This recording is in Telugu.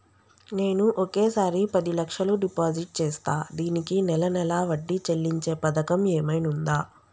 నేను ఒకేసారి పది లక్షలు డిపాజిట్ చేస్తా దీనికి నెల నెల వడ్డీ చెల్లించే పథకం ఏమైనుందా?